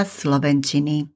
slovenčiny